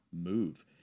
move